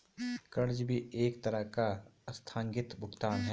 कर्ज भी एक तरह का आस्थगित भुगतान है